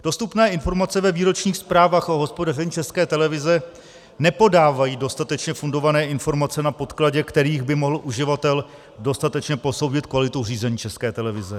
Dostupné informace ve výročních zprávách o hospodaření České televize nepodávají dostatečně fundované informace, na podkladě kterých by mohl uživatel dostatečně posoudit kvalitu řízení České televize.